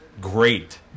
great